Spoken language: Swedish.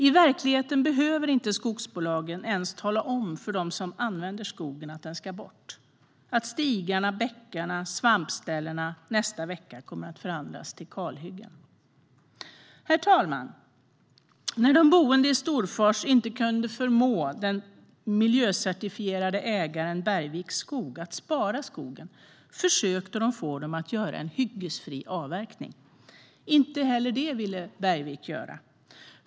I verkligheten behöver inte skogsbolagen ens tala om för dem som använder skogen att den ska bort, att stigarna, bäckarna, svampställena nästa vecka kommer att förvandlas till ett kalhygge. Herr talman! När de boende i Storfors inte kunde förmå den miljöcertifierade ägaren Bergviks skog att spara skogen försökte de få dem att göra en hyggesfri avverkning. Inte heller det ville Bergvik göra.